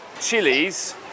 chilies